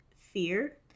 fear